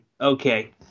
okay